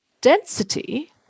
density